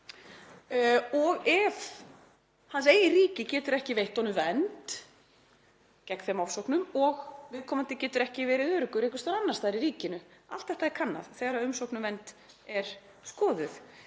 og ef hans eigið ríki getur ekki veitt honum vernd gegn þeim ofsóknum og viðkomandi getur ekki verið öruggur einhvers staðar annars staðar í ríkinu. Allt þetta er kannað þegar umsókn um vernd er skoðuð.